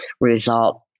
result